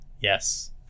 yes